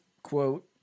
Quote